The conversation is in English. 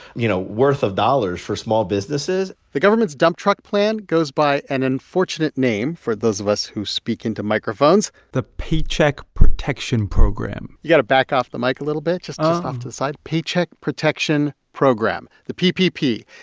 you know, worth of dollars for small businesses the government's dump truck plan goes by an unfortunate name for those of us who speak into microphones the paycheck protection program you got to back off the mic a little bit, just off to the side. paycheck protection program, the ppp.